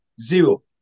zero